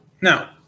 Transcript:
Now